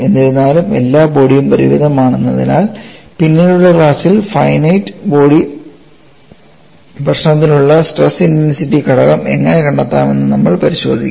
എന്നിരുന്നാലും എല്ലാ ബോഡിയും പരിമിതമാണെന്നതിനാൽ പിന്നീടുള്ള ക്ലാസ്സിൽ ഫൈനൈറ്റ് ബോഡി പ്രശ്നത്തിന്ള്ള സ്ട്രെസ് ഇന്റെൻസിറ്റി ഘടകം എങ്ങനെ കണ്ടെത്താമെന്ന് നമ്മൾ പരിശോധിക്കും